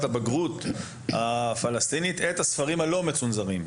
הבגרות הפלסטינית את הספרים הלא מצונזרים.